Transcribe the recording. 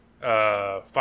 five